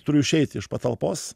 turiu išeiti iš patalpos